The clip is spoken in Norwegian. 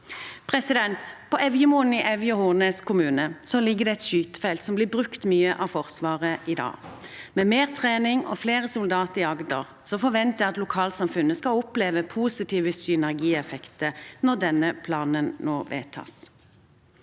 i Agder. På Evjemoen i Evje og Hornnes kommune ligger et skytefelt som blir brukt mye av Forsvaret i dag. Med mer trening og flere soldater i Agder forventer jeg at lokalsamfunnet skal oppleve positive synergieffekter når denne planen nå vedtas.